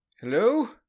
hello